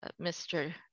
Mr